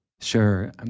sure